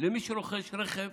למי שרוכש רכב